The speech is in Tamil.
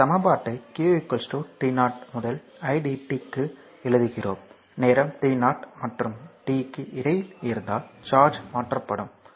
அந்த சமன்பாட்டை q t 0 முதல் idt க்கு எழுதுகிறோம் நேரம் t 0 மற்றும் t க்கு இடையில் இருந்தால் சார்ஜ் மாற்றப்படும்